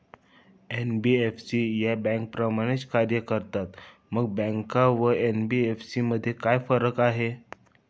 NBFC या बँकांप्रमाणेच कार्य करतात, मग बँका व एन.बी.एफ.सी मध्ये काय फरक आहे?